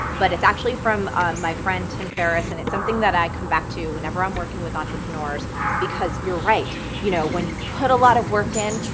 but it's actually from my friend tim ferriss and it's something that i come back to whenever i'm working with entrepreneurs because you're right, you know when you've put a lot of work in,